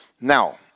Now